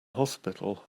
hospital